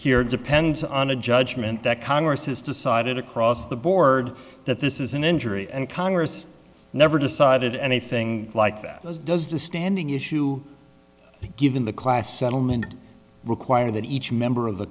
here depends on a judgment that congress has decided across the board that this is an injury and congress never decided anything like that does the standing issue given the class settlement require that each member of the